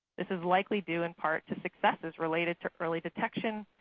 this is likely due, in part, to successes related to early detection,